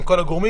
עם כל הגורמים,